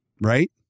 right